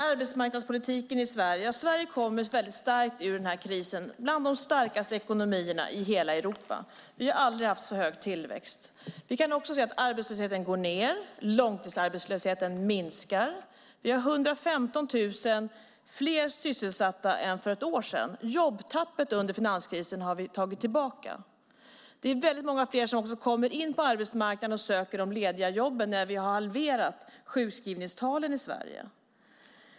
Fru talman! Sverige kom väldigt starkt ur den här krisen. Vår ekonomi är bland de starkaste i hela Europa. Vi har aldrig haft så hög tillväxt. Vi kan se att arbetslösheten går ned. Långtidsarbetslösheten minskar. Vi har 115 000 fler sysselsatta än för ett år sedan. Vi har tagit tillbaka jobbtappet under finanskrisen. Det är också väldigt många fler som kommer in på arbetsmarknaden och söker de lediga jobben när vi har halverat sjukskrivningstalen i Sverige.